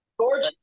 George